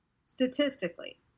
statistically